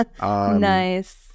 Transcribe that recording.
nice